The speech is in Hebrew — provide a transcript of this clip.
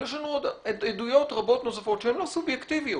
יש לנו עדויות רבות נוספות שהן לא סובייקטיביות.